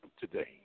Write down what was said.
today